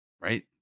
right